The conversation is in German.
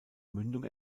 mündung